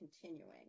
continuing